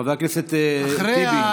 חבר הכנסת טיבי,